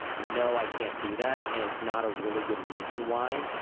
no. i can't do that, and it's not a really good reason why,